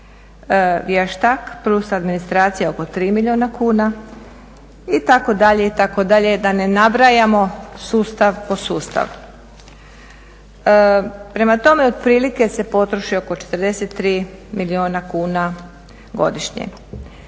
vještak plus administracija oko 3 milijuna kuna itd. itd. da ne nabrajamo sustav po sustav. Prema tome, otprilike se potroši oko 43 milijuna kuna godišnje.